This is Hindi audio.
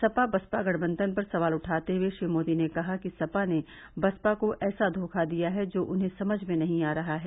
सपा बसपा गठबंधन पर सवाल उठाते हये श्री मोदी ने कहा कि सपा ने बसपा को ऐसा धोखा दिया है जो उन्हें समझ में नही आ रहा है